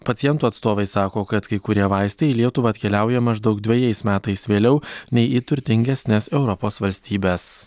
pacientų atstovai sako kad kai kurie vaistai į lietuvą atkeliauja maždaug dvejais metais vėliau nei į turtingesnes europos valstybes